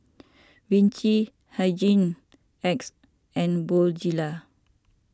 Vichy Hygin X and Bonjela